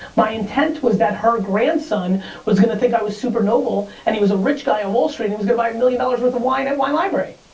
my intent was that her grandson was going to think i was super noble and he was a rich guy on wall street and was gonna buy a million dollars worth of wine and wine library.